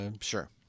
Sure